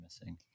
missing